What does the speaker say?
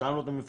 כששאלנו במפורש,